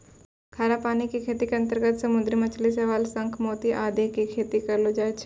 खारा पानी के खेती के अंतर्गत समुद्री मछली, शैवाल, शंख, मोती आदि के खेती करलो जाय छै